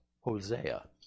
Hosea